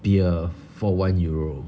beer for one euro